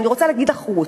ואני רוצה להגיד לך, רות,